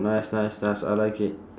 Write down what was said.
nice nice nice I like it